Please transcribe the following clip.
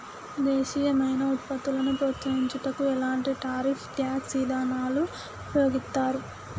దేశీయమైన వృత్పత్తులను ప్రోత్సహించుటకు ఎలాంటి టారిఫ్ ట్యాక్స్ ఇదానాలు ఉపయోగిత్తారు